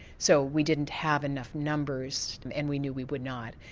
so we didn't have enough numbers and we knew we would not,